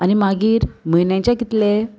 आनी मागीर म्हयन्याचे कितले